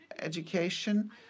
education